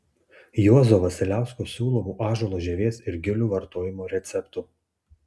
juozo vasiliausko siūlomų ąžuolo žievės ir gilių vartojimo receptų